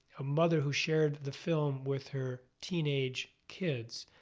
a mother who shared the film with her teenage kids.